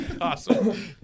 Awesome